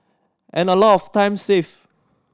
and a lot of time saved